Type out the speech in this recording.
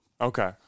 Okay